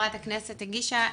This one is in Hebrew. הכנסת הגישה,